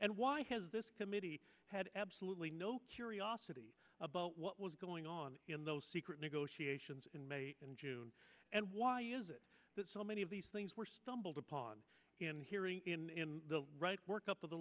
and why has this committee had absolutely no curiosity about what was going on in those secret negotiations in may and june and why is it that so many of these things were built upon hearing in the right work up of the